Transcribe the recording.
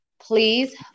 Please